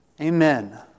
Amen